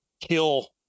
kill